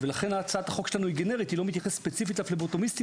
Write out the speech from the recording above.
לכן ההצעה שלנו גנרית היא לא מתייחסת ספציפית לפבלוטומיסטים